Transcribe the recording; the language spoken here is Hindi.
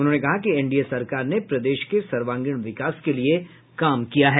उन्होंने कहा कि एनडीए सरकार ने प्रदेश के सर्वांगिण विकास के लिये काम किया है